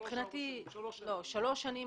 מבחינתי: שלוש שנים